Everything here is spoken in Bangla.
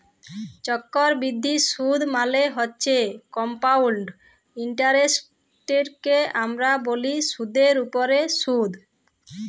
চক্করবিদ্ধি সুদ মালে হছে কমপাউল্ড ইলটারেস্টকে আমরা ব্যলি সুদের উপরে সুদ